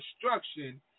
destruction